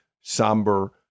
somber